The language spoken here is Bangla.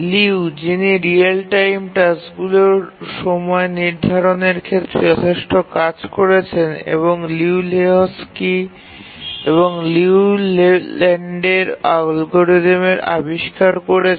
লিউ যিনি রিয়েল টাইম টাস্কগুলির সময় নির্ধারণের ক্ষেত্রে যথেষ্ট কাজ করেছেন এবং লিউ লেহোকস্কির লিউ লেল্যান্ডের অ্যালগরিদম আবিস্কার করেছেন